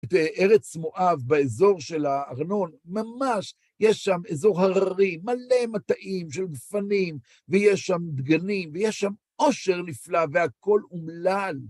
ארץ מואב, באזור של הארנון, ממש, יש שם אזור הררי, מלא מטעים של גפנים, ויש שם דגנים, ויש שם עושר נפלא, והכול אומלל.